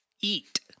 eat